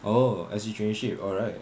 oh S_G traineeship alright